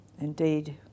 Indeed